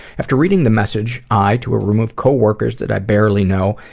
after reading the message, i, to a room of coworkers that i barely know,